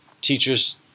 teachers